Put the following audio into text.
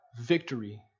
victory